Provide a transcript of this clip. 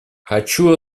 хочу